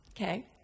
Okay